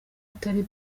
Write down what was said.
atari